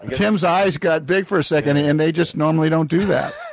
tim's eyes got big for a second, and and they just normally don't do that.